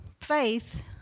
Faith